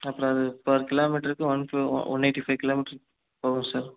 அப்புறம் அது பர் கிலோமீட்டருக்கு one one eighty five kilometre போகும் சார்